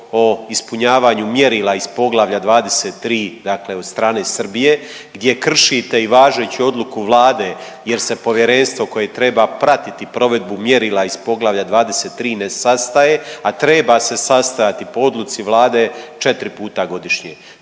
o ispunjavanju mjerila iz Poglavlja 23., dakle od strane Srbije gdje kršite i važeću odluku vlade jer se povjerenstvo koje treba pratiti provedbu mjerila iz Poglavlja 23. ne sastaje, a treba se sastajati po odluci vlade 4 puta godišnje.